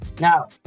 Now